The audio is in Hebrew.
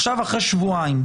עכשיו אחרי שבועיים,